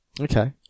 Okay